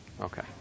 Okay